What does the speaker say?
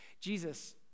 Jesus